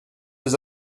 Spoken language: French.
deux